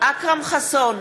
אכרם חסון,